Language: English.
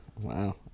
Wow